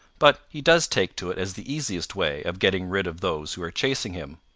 but he does take to it as the easiest way of getting rid of those who are chasing him.